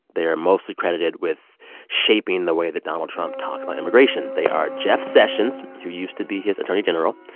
they are mostly credited with shaping the way that donald trump talks about immigration. they are jeff sessions, who used to be his attorney general,